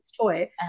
toy